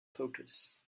focus